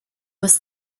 was